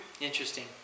Interesting